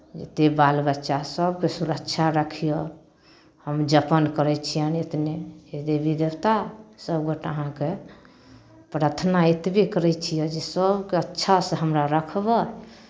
जतेक बाल बच्चा सभके सुरक्षा रखिहऽ हम जपन करै छियनि एतने हे देवी देवता सभगोटे अहाँके प्रार्थना एतबहि करै छियै जे सभकेँ अच्छासँ हमरा रखबह